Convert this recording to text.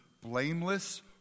blameless